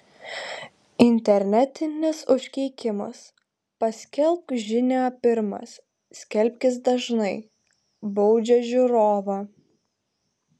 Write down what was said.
internetinis užkeikimas paskelbk žinią pirmas skelbkis dažnai baudžia žiūrovą